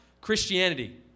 Christianity